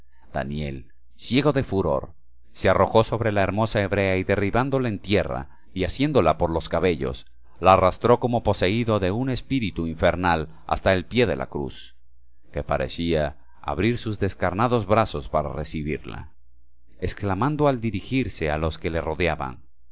daniel ciego de furor se arrojó sobre la hermosa hebrea y derribándola en tierra y asiéndola por los cabellos la arrastró como poseído de un espíritu infernal hasta el pie de la cruz que parecía abrir sus descarnados brazos para recibirla exclamando al dirigirse a los que los rodeaban